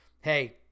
hey